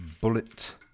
Bullet